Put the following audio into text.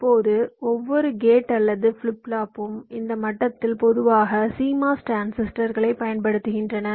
இப்போது ஒவ்வொரு கேட் அல்லது ஃபிளிப் ஃப்ளாப்பும் இந்த மட்டத்தில் பொதுவாக சீமாஸ் டிரான்சிஸ்டர்களை பயன்படுத்துகின்றன